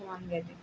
অকণমান গাই দিম